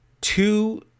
two